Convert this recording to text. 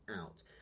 out